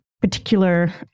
particular